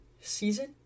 season